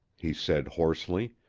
he said hoarsely,